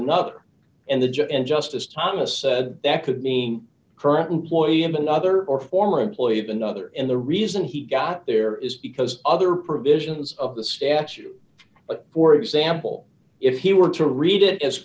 another and the judge and justice thomas said that could mean current employee and another or former employee of another and the reason he got there is because other provisions of the statute for example if he were to read it as